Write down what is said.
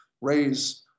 raise